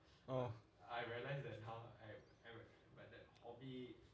oh